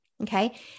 Okay